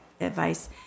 advice